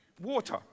water